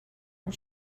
and